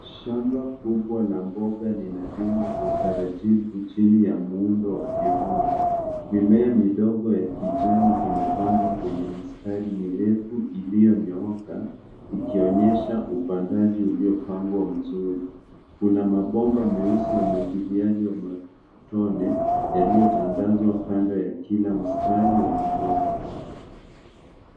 Shamba kubwa la mboga linalimwa kwa utaratibu chini ya muundo wa kivuli. Mimea midogo ya kijani imepandwa kwenye mistari mirefu iliyonyooka ikionyesha upandaji uliopangwa mzuri. Kuna mabomba meusi ya umwagiliaji wa matone yaliyotandazwa kando ya kila mstari wa mimea.